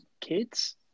kids